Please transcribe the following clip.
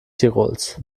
tirols